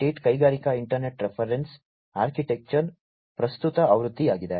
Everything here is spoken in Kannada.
8 ಕೈಗಾರಿಕಾ ಇಂಟರ್ನೆಟ್ ರೆಫರೆನ್ಸ್ ಆರ್ಕಿಟೆಕ್ಚರ್ನ ಪ್ರಸ್ತುತ ಆವೃತ್ತಿಯಾಗಿದೆ